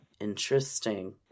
Interesting